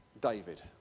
David